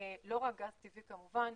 לא רק גז טבעי כמובן.